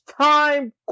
time